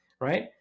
right